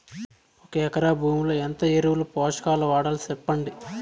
ఒక ఎకరా భూమిలో ఎంత ఎరువులు, పోషకాలు వాడాలి సెప్పండి?